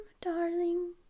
darling